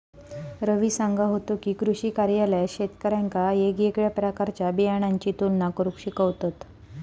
रवी सांगा होतो की, कृषी कार्यालयात शेतकऱ्यांका येगयेगळ्या प्रकारच्या बियाणांची तुलना करुक शिकवतत